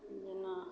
जेना